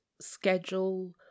schedule